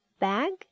bag